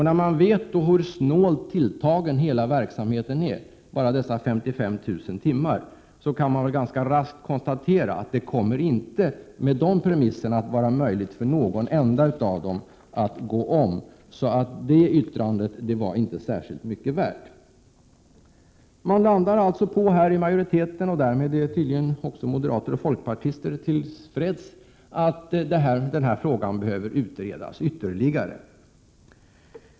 När vi vet hur snålt tilltagen hela verksamheten är — bara 55 000 timmar — kan vi ganska raskt konstatera att det kommer inte med de premisserna att vara möjligt för någon enda av eleverna att gå om. Så det yttrandet var inte särskilt mycket värt. Utskottsmajoriteten landar på — och därmed är tydligen moderater och folkpartister till freds — att den här frågan behöver utredas ytterligare.